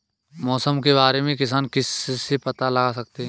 मौसम के बारे में किसान किससे पता लगा सकते हैं?